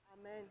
Amen